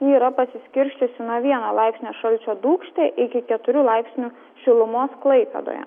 yra pasiskirsčiusi nuo vieno laipsnio šalčio dūkšte iki keturių laipsnių šilumos klaipėdoje